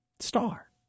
Star